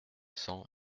cents